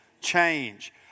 Change